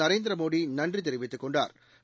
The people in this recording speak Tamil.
நரேந்திரமோடி நன்றி தெரிவித்துக்கொண்டாா்